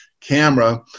camera